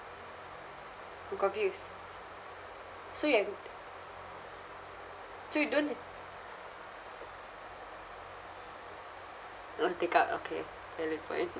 I'm confused so you and~ so you don't orh take out okay valid point